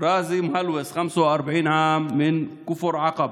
ראזי מהלוס, 45, כפר עקב,